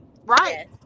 right